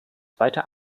zweite